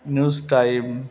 news time